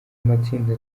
amatsinda